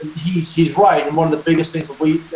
he's he's right. and one of the biggest things that we,